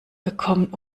gekommen